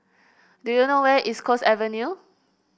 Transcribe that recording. do you know where East Coast Avenue